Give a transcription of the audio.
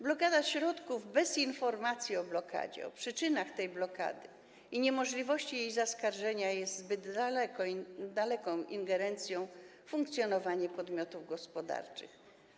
Blokada środków bez informacji o blokadzie, o przyczynach tej blokady wobec niemożliwości jej zaskarżenia jest zbyt daleką ingerencją w funkcjonowanie podmiotów gospodarczych.